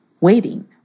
waiting